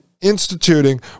instituting